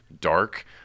dark